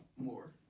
more